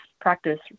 practice